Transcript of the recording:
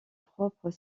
propres